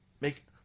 make